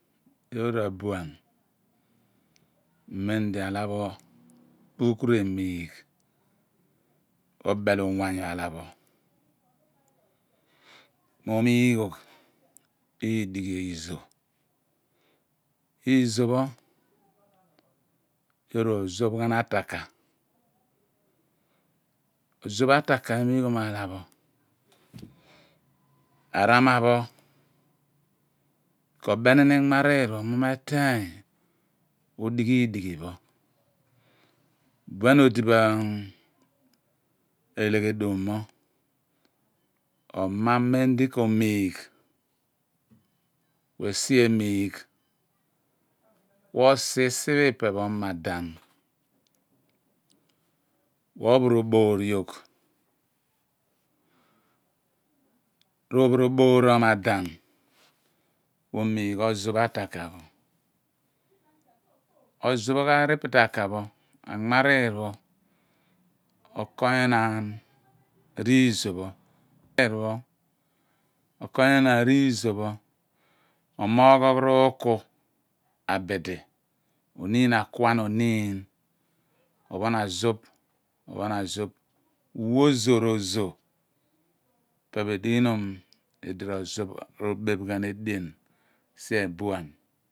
Yoor abuaa. mon di aala pho puru ku remugh obel uwangu awe pho mo mughogh udighi azo pho. iro pho yoor ro ozuph ghan ataka. ozuph ataka emughom aala pho. arana pho ko beni ni nmarur pho mo meteeny odighi udighi pho buen rdi bo olighi edum pho oma mem di ko mugh ku isi emiigh ku osi isi pho yepho omadan ku opho voboor yogh. r ophoroboon r' omadan ku omugh ozuph ataka ozupuogh aripitaka anmarur pho okonyo naan ri zopho buer. pho ok onyonaan iizo pho omooghoyh rụụku abidi onun akuan nyoniin ophon azuph. ophon azuph nwo ozo r ozo ipe pho edighonom di ro beph ghan ozo sier buai.